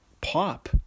pop